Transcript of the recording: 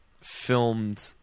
filmed